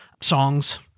songs